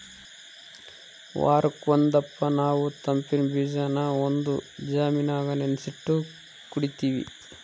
ವಾರುಕ್ ಒಂದಪ್ಪ ನಾವು ತಂಪಿನ್ ಬೀಜಾನ ಒಂದು ಜಾಮಿನಾಗ ನೆನಿಸಿಟ್ಟು ಕುಡೀತೀವಿ